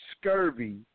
scurvy